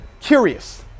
curious